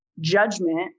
judgment